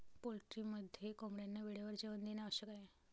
पोल्ट्रीमध्ये कोंबड्यांना वेळेवर जेवण देणे आवश्यक आहे